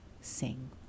sing